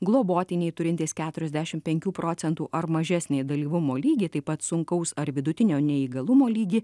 globotiniai turintys keturiasdešim penkių procentų ar mažesnį dalyvumo lygį taip pat sunkaus ar vidutinio neįgalumo lygį